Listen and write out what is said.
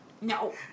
No